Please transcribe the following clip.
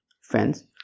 Friends